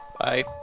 Bye